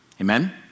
Amen